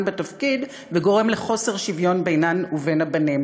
בתפקיד וגורם לחוסר שוויון בינן ובין הבנים.